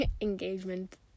engagement